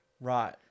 Right